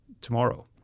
tomorrow